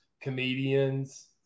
comedians